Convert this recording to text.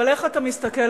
אבל איך אתה מסתכל,